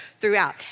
throughout